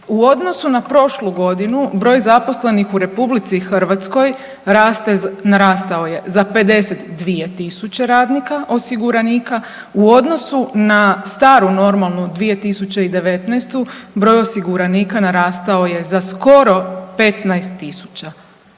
U odnosu na prošlu godinu broj zaposlenih u RH raste, narastao je za 52.000 radnika osiguranika. U odnosu na staru normalnu 2019. broj osiguranika narastao je za skoro 15.000.